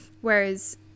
Whereas